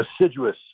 assiduous